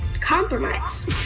compromise